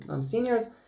seniors